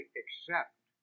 accept